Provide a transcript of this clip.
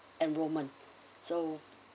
enrolment so